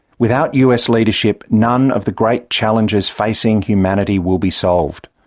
without us leadership, none of the great challenges facing humanity will be solved.